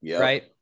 Right